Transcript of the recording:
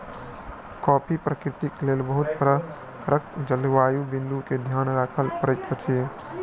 coffee कृषिक लेल बहुत प्रकारक जलवायु बिंदु के ध्यान राखअ पड़ैत अछि